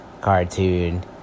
cartoon